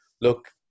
look